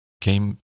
came